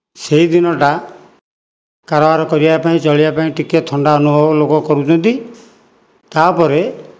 ସେହିଦିନଟା କାରବାର କରିବାପାଇଁ ଚଳିବା ପାଇଁ ଟିକିଏ ଥଣ୍ଡା ଅନୁଭବ ଲୋକ କରୁଛନ୍ତି ତାପରେ